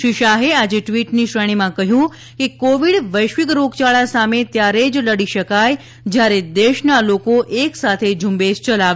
શ્રી શાહે આજે ટ્વીટની શ્રેણીમાં કહ્યું કે કોવિડ વૈશ્વિક રોગયાળા સામે ત્યારે જ લડી શકાય જ્યારે દેશના લોકો એક સાથે ઝ઼ંબેશ યલાવે